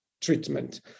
treatment